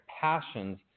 passions